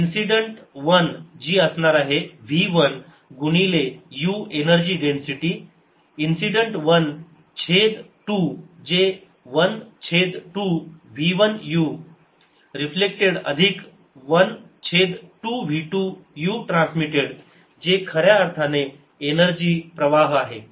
incident 1 जी असणार आहे v 1 गुणिले u एनर्जी डेन्सिटी इन्सिडेंट 1 छेद 2 जे 1 छेद 2 v 1 u रिफ्लेक्टेड अधिक 1 छेद 2 v 2 u ट्रान्समिटेड जे खर्या अर्थाने एनर्जी प्रवाह आहे